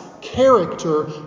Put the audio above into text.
character